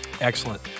Excellent